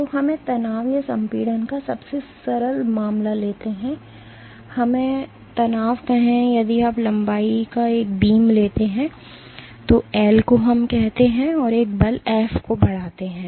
तो हमें तनाव या संपीड़न का सबसे सरल मामला लेते हैं या हमें तनाव कहें यदि आप लंबाई का एक बीम लेते हैं तो L को हम कहते हैं और एक बल F को बढ़ाते हैं